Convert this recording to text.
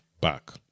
back